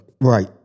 right